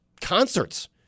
concerts